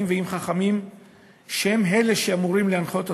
ועם חכמים שהם אלה שאמורים להנחות אותם?